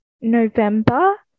November